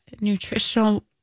nutritional